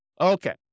Okay